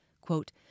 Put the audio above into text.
Quote